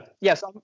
yes